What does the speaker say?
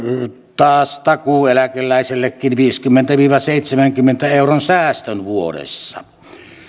takuueläkeläisellekin viidenkymmenen viiva seitsemänkymmenen euron säästön vuodessa